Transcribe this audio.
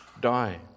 die